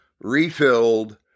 refilled